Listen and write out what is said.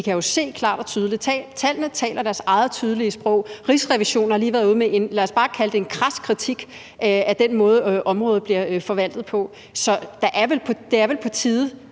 med bare at tale om det? Tallene taler deres eget tydelige sprog. Rigsrevisionen har lige været ude med, lad os bare kalde det en kras kritik af den måde, området bliver forvaltet på. Så det er vel på tide,